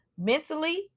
Mentally